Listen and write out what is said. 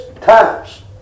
times